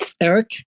eric